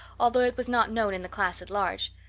although it was not known in the class at large,